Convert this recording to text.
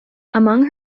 among